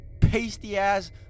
pasty-ass